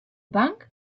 bank